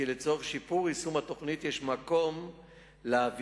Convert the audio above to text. כי לצורך השיפור של יישום התוכנית יש מקום להעביר